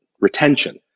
retention